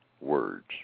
words